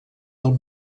del